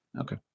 Okay